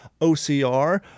OCR